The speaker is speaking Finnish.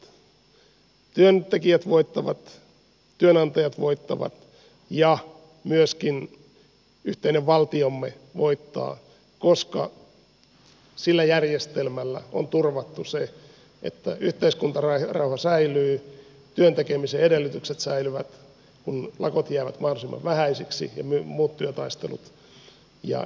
työntekijät voittavat työnantajat voittavat ja myöskin yhteinen valtiomme voittaa koska sillä järjestelmällä on turvattu se että yhteiskuntarauha säilyy työn tekemisen edellytykset säilyvät kun lakot ja muut työtaistelut jäävät mahdollisimman vähäisiksi